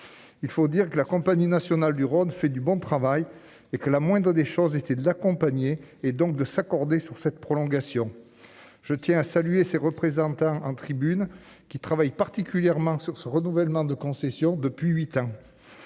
Il faut dire que la Compagnie nationale du Rhône fait du bon travail et que la moindre des choses était de l'accompagner, et donc de s'accorder sur cette prolongation, je tiens à saluer ses représentants en tribune qui travaille particulièrement sur ce renouvellement de concession depuis 8 ans.